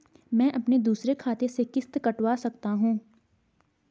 मैं अपने दूसरे खाते से किश्त कटवा सकता हूँ?